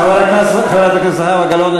חברת הכנסת זהבה גלאון,